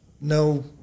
no